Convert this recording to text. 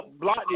block